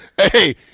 Hey